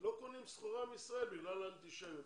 לא קונים סחורה מישראל בגלל אנטישמיות.